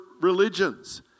religions